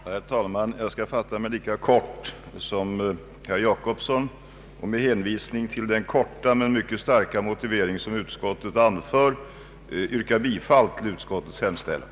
Herr talman! Jag hänvisar till vad jag sade tidigare om att det har tillsatts sakkunniga som skall upprätta forskningsplaner på området. Jag yrkar bifall till utskottets hemställan.